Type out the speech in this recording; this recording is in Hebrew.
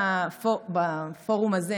בפורום הזה,